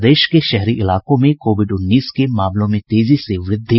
प्रदेश के शहरी इलाकों में कोविड उन्नीस के मामलों में तेजी से वृद्धि